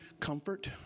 comfort